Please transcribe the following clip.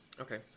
Okay